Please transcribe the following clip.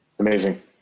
Amazing